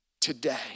today